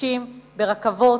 בכבישים וברכבות,